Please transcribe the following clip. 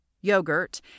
yogurt